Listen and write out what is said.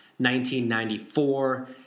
1994